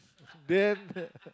then